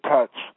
Touch